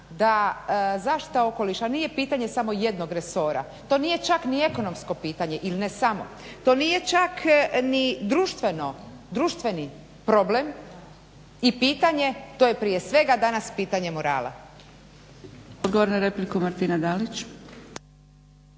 da zaštita okoliša nije pitanje samo jednog resora, to nije čak ni ekonomsko pitanje ili ne samo to nije čak ni društveni problem i pitanje, to je prije svega danas pitanje morala.